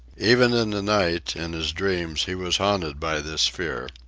even in the night, in his dreams, he was haunted by this fear.